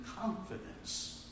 confidence